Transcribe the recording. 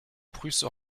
prusse